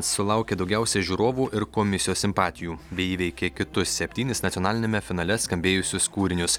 sulaukė daugiausiai žiūrovų ir komisijos simpatijų bei įveikė kitus septynis nacionaliniame finale skambėjusius kūrinius